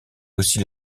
aussi